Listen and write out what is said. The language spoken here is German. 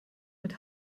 mit